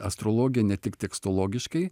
astrologiją ne tik tekstologiškai